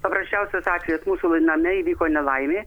paprasčiausias atvejis mūsų name įvyko nelaimė